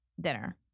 dinner